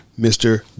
Mr